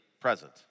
present